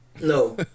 No